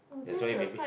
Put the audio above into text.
that's why maybe